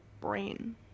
brain